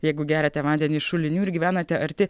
jeigu geriate vandenį šulinių ir gyvenate arti